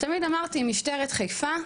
תמיד אמרתי, משטרת חיפה,